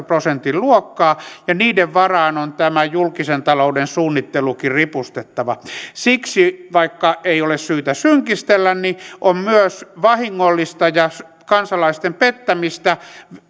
prosentin luokkaa ja niiden varaan on tämä julkisen talouden suunnittelukin ripustettava siksi vaikka ei ole syytä synkistellä on myös vahingollista ja kansalaisten pettämistä